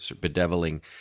bedeviling